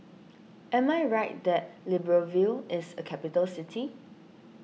am I right that Libreville is a capital city